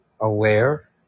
aware